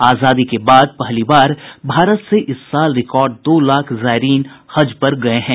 आजादी के बाद पहली बार भारत से इस साल रिकॉर्ड दो लाख जायरीन हज पर गऐ हैं